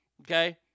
okay